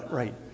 right